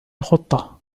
الخطة